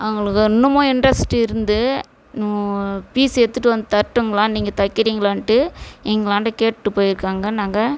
அவங்களுக்கு இன்னமும் இண்ட்ரெஸ்ட் இருந்து இன்னும் பீஸ் எடுத்துகிட்டு வந்து தரட்டுங்களா நீங்கள் தைக்கிறீங்களான்ட்டு எங்களாண்ட கேட்டுவிட்டு போயிருக்காங்க நாங்கள்